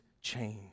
change